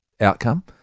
outcome